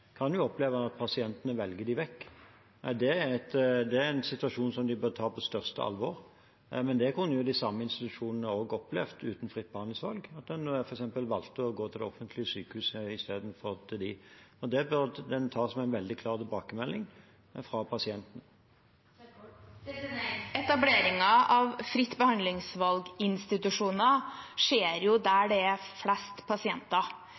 kunne jo de samme institusjonene også opplevd uten fritt behandlingsvalg, at en f.eks. valgte å gå til det offentlige sykehuset istedenfor til dem. Det bør en ta som en veldig klar tilbakemelding fra pasientene. Etableringen av fritt-behandlingsvalg-institusjoner skjer jo der det er flest pasienter.